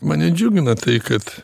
mane džiugina tai kad